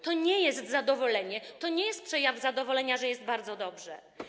To nie jest zadowolenie, to nie jest przejaw zadowolenia, że jest bardzo dobrze.